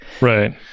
right